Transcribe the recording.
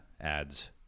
ads